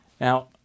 Now